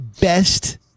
best